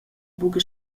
buca